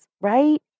right